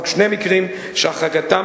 משא-ומתן